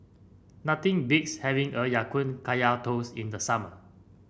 nothing beats having Ya Kun Kaya Toast in the summer